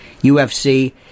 UFC